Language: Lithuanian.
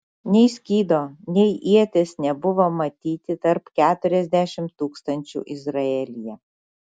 nei skydo nei ieties nebuvo matyti tarp keturiasdešimt tūkstančių izraelyje